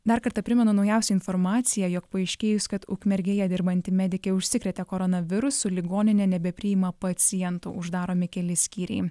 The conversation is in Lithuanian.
dar kartą primenu naujausią informaciją jog paaiškėjus kad ukmergėje dirbanti medikė užsikrėtė koronavirusu ligoninė nebepriima pacientų uždaromi keli skyriai